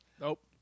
Nope